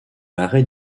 l’arrêt